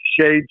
shade